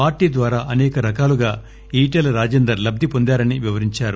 party ద్వారా అనేకరకాలుగా ఈటల రాజేందర్ లబ్ది పొందారని వివరించారు